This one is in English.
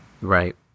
Right